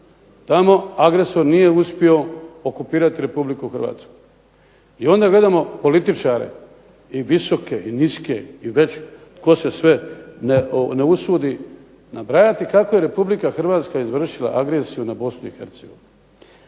tamo agresor nije uspio okupirati Republiku Hrvatsku. I onda gledamo političare i visoke i niske i već tko se sve ne usudi nabrajati kako je Republika Hrvatska izvršila agresiju na Bosnu